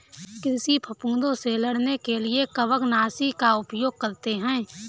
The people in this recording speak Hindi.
कृषि फफूदों से लड़ने के लिए कवकनाशी का उपयोग करते हैं